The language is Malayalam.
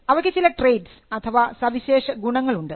അവക്ക് ചില ട്രെയ്റ്റ്സ് അഥവാ സവിശേഷ ഗുണങ്ങൾ ഉണ്ട്